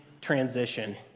transition